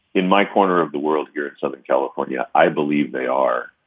in my corner of the world here in southern california, i believe they are.